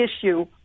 issue